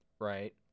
Right